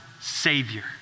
Savior